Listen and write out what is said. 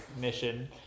mission